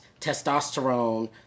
testosterone